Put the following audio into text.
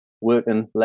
Working